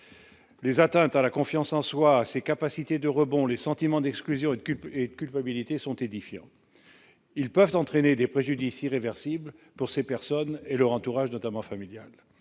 Les atteintes à la confiance en soi, ses capacités de rebond, les sentiments d'exclusion et culpabilité sont édifiants : ils peuvent entraîner des préjudices irréversibles pour ces personnes et leur entourage, notamment familiales